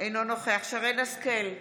אינו נוכח שרן מרים השכל,